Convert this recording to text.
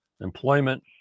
employment